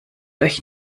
euch